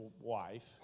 wife